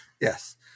yes